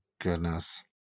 goodness